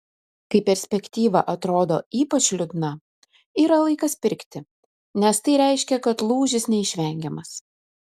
kai perspektyva atrodo ypač liūdna yra laikas pirkti nes tai reiškia kad lūžis neišvengiamas